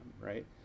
right